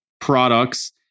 products